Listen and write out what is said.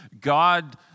God